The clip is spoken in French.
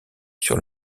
sur